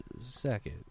second